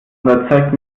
überzeugt